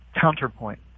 counterpoint